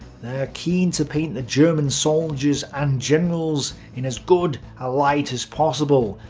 keen to paint the german soldiers and generals in as good a light as possible,